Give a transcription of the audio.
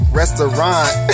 restaurant